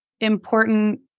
important